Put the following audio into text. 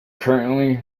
currently